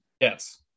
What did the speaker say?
Yes